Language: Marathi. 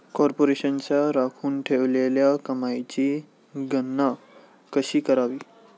कॉर्पोरेशनच्या राखून ठेवलेल्या कमाईची गणना कशी करावी